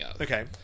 Okay